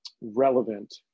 relevant